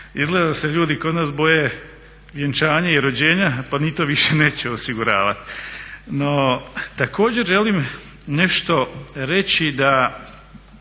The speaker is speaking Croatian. Izgleda da se ljudi kod nas boje vjenčanja i rođenja pa ni to više neće osiguravati. No, također želim nešto reći da